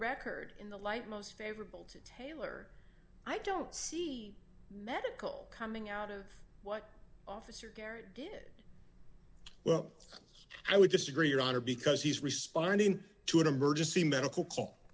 record in the light most favorable to taylor i don't see medical coming out of what officer garrett did well i would disagree your honor because he's responding to an emergency medical